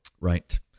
Right